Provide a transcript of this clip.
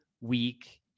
week